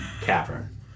cavern